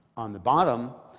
on the bottom,